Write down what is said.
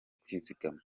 kwizigama